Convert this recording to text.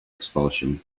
expulsion